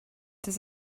does